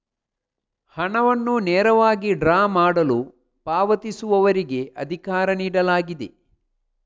ಹಣವನ್ನು ನೇರವಾಗಿ ಡ್ರಾ ಮಾಡಲು ಪಾವತಿಸುವವರಿಗೆ ಅಧಿಕಾರ ನೀಡಲಾಗಿದೆ